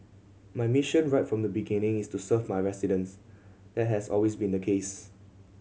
my mission right from the beginning is to serve my residents that has always been the case